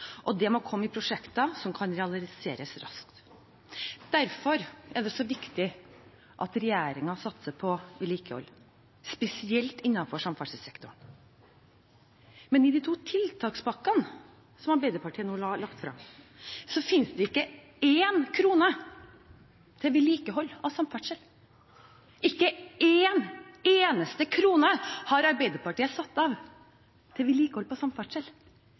og de må komme i prosjekter som kan realiseres raskt. Derfor er det så viktig at regjeringen satser på vedlikehold, spesielt innenfor samferdselssektoren. Men i de to tiltakspakkene som Arbeiderpartiet nå har lagt frem, finnes det ikke én krone til vedlikehold av samferdsel – ikke en eneste krone har Arbeiderpartiet satt av til vedlikehold på samferdsel,